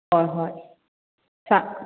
ꯍꯣꯏ ꯍꯣꯏ